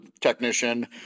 technician